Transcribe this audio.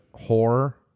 horror